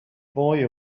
boy